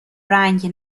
رنگ